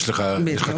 יש לך כתובת.